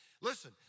Listen